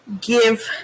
give